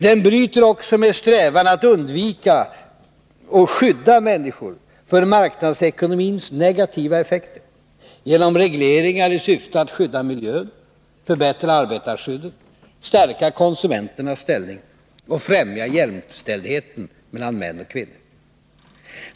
Den bryter också med strävan att undvika och skydda människor för marknadsekonomins negativa effekter, genom regleringar i syfte att skydda miljön, förbättra arbetarskyddet, stärka konsumenternas ställning och främja jämställdheten mellan män och kvinnor.